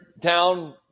town